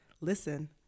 listen